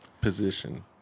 position